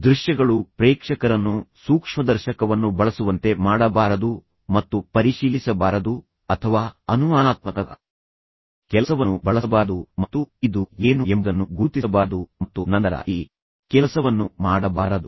ದೃಶ್ಯಗಳು ಪ್ರೇಕ್ಷಕರನ್ನು ಸೂಕ್ಷ್ಮದರ್ಶಕವನ್ನು ಬಳಸುವಂತೆ ಮಾಡಬಾರದು ಮತ್ತು ಪರಿಶೀಲಿಸಬಾರದು ಅಥವಾ ಅನುಮಾನಾತ್ಮಕ ಕೆಲಸವನ್ನು ಬಳಸಬಾರದು ಮತ್ತು ಇದು ಏನು ಎಂಬುದನ್ನು ಗುರುತಿಸಬಾರದು ಮತ್ತು ನಂತರ ಈ ಕೆಲಸವನ್ನು ಮಾಡಬಾರದು